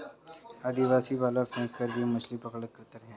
आदिवासी भाला फैंक कर भी मछली पकड़ा करते थे